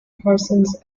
parsons